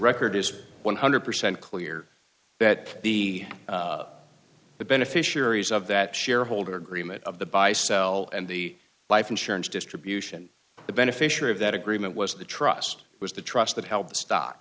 record is one hundred percent clear that the the beneficiaries of that shareholder agreement of the buy sell and the life insurance distribution the beneficiary of that agreement was the trust it was the trust that held the stock